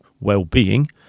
well-being